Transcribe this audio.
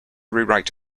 rewrite